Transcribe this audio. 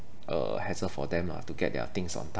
a hassle for them lah to get their things on time